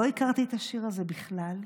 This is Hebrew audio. לא הכרתי את השיר הזה בכלל.